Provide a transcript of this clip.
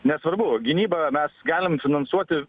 nesvarbu gynybą mes galim finansuoti